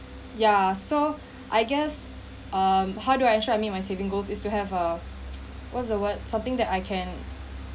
yeah so I guess um how do I sure I meet my saving goals is to have uh what's the word something that I can